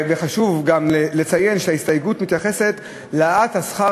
חשוב גם לציין שההסתייגות מתייחסת להעלאת שכר